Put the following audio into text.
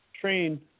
train